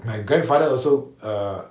my grandfather also uh